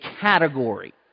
category